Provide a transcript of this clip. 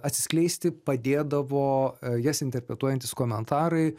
atsiskleisti padėdavo jas interpretuojantys komentarai